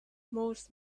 most